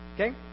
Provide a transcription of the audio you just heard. Okay